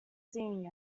seeing